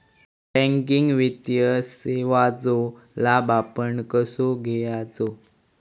Banking वित्तीय सेवाचो लाभ आपण कसो घेयाचो?